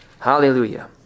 Hallelujah